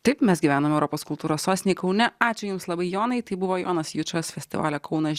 taip mes gyvenam europos kultūros sostinėj kaune ačiū jums labai jonai tai buvo jonas jučas festivalio kaunas